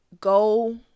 Go